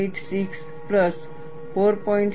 886 plus 4